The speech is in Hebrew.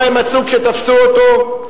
מה הם מצאו כשתפסו אותו?